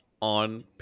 On